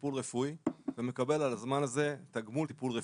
בטיפול רפואי ומקבל על הזמן הזה תגמול טיפול רפואי.